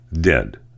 dead